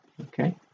Okay